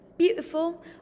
Beautiful